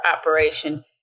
operation